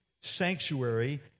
sanctuary